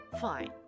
fine